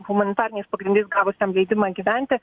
humanitariniais pagrindais gavusiam leidimą gyventi